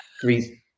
three